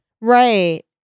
right